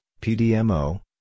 PDMO